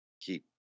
keep